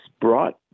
brought